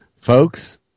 folks